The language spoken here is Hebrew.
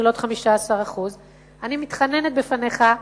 של עוד 15%. אני מתחננת בפניך,